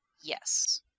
Yes